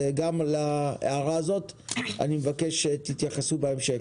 גם להערה הזאת אני מבקש שתתייחסו בהמשך.